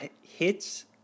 hits